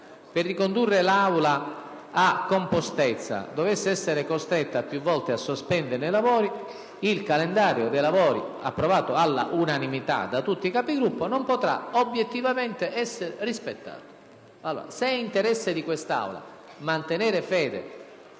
per ricondurre l'Assemblea a compostezza, dovesse essere costretta più volte a sospenderne i lavori, il calendario dei lavori, approvato all'unanimità dai Capigruppo, non potrebbe obiettivamente essere rispettato. Se è interesse dell'Assemblea mantenere fede